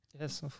Yes